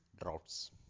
droughts